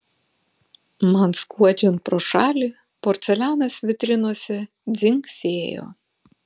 man skuodžiant pro šalį porcelianas vitrinose dzingsėjo